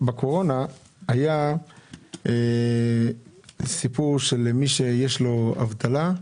בקורונה היה סיפור שלמי שיש אבטלה,